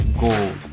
gold